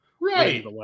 right